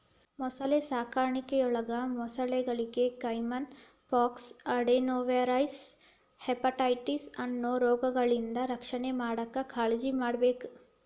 ಮೊಸಳೆ ಸಾಕಾಣಿಕೆಯೊಳಗ ಮೊಸಳೆಗಳಿಗೆ ಕೈಮನ್ ಪಾಕ್ಸ್, ಅಡೆನೊವೈರಲ್ ಹೆಪಟೈಟಿಸ್ ಅನ್ನೋ ರೋಗಗಳಿಂದ ರಕ್ಷಣೆ ಮಾಡಾಕ್ ಕಾಳಜಿಮಾಡ್ಬೇಕ್